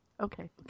Okay